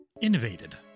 Innovated